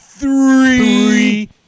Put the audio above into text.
Three